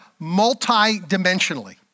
multidimensionally